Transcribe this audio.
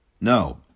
No